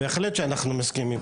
בהחלט שאנחנו מסכימים.